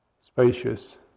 spacious